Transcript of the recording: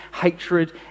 hatred